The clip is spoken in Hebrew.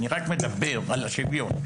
אני רק מדבר על שוויון,